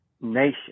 Nation